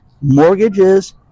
mortgages